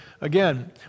again